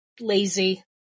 lazy